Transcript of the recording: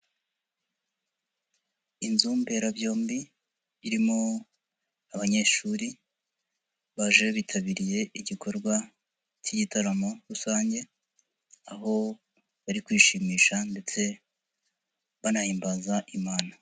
Inzu mberabyombi irimo abanyeshuri baje bitabiriye igikorwa cy'igitaramo rusange, aho bari kwishimisha ndetse banahimbaza Imana.